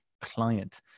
client